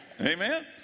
Amen